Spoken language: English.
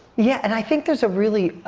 yeah, and i think there's a really,